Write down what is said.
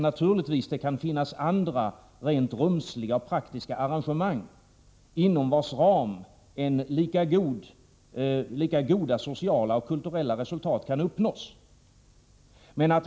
Naturligtvis kan det finnas andra rent rumsliga och praktiska arrangemang inom vilkas ram lika goda sociala och kulturella resultat kan uppnås.